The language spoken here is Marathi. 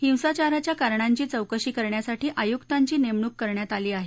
हिंसाचाराच्या कारणांची चौकशी करण्यासाठी आयुकांची नेमणूक करण्यात आली आहे